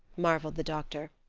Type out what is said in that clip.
marveled the doctor.